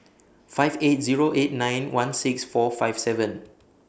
five eight Zero eight nine one six four five seven